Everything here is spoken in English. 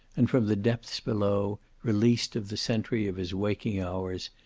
and from the depths below, released of the sentry of his waking hours,